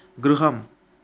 गृहम्